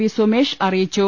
V Sumesh അറിയിച്ചു